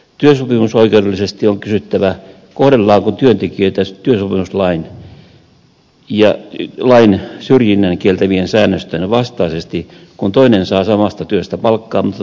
työsopimusoikeudellisesti on kysyttävä kohdellaanko työntekijöitä työsopimuslain syrjinnän kieltävien säännösten vastaisesti kun toinen saa samasta työstä palkkaa mutta toinen ei